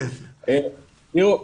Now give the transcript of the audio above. תראו,